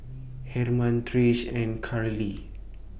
Hermann Trish and Curley